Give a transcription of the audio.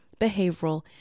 behavioral